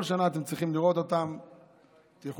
אתם צריכים לראות אותם כל שנה.